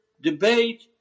debate